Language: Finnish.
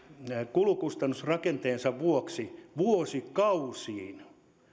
kulukustannusrakenteensa vuoksi vuosikausiin